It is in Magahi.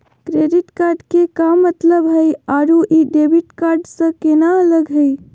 क्रेडिट कार्ड के का मतलब हई अरू ई डेबिट कार्ड स केना अलग हई?